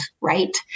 right